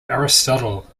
aristotle